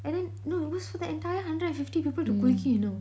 and then no it was for the entire hundred and fifty people to குளிக்க:kulika you know